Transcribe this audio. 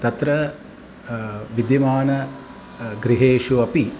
तत्र विद्यमानः गृहेषु अपि